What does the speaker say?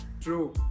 True